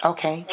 Okay